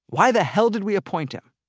why the hell did we appoint him?